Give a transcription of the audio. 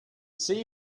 see